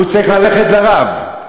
הוא צריך ללכת לרב.